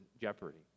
jeopardy